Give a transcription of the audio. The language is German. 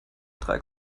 drei